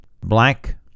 black